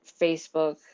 Facebook